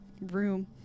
room